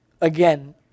again